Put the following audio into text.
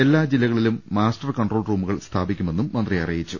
എല്ലാ ജില്ലകളിലും master control റൂമുകൾ സ്ഥാപിക്കുമെന്നും മന്ത്രി അറിയിച്ചു